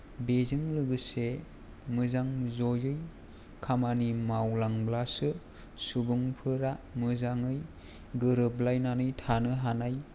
बेजों लोगोसे मोजां जयै खामानि मावलांब्लासो सुबुंफोरा मोजाङै गोरोबलायनानै थानो हानाय